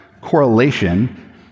correlation